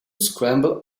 scramble